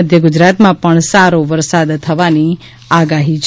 મધ્ય ગુજરાતમાં પણ સારો વરસાદ થવાની આગાહી છે